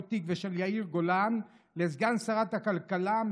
תיק ושל יאיר גולן לסגן שרת הכלכלה,